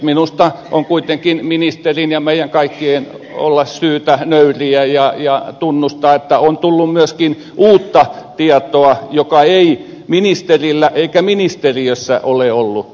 minusta on kuitenkin ministerin ja meidän kaikkien syytä olla nöyriä ja tunnustaa että on tullut myöskin uutta tietoa jota ei ministerillä eikä ministeriössä ole ollut